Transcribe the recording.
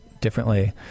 differently